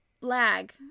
lag